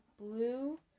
blue